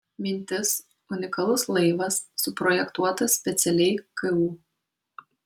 mintis unikalus laivas suprojektuotas specialiai ku